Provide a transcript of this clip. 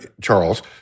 Charles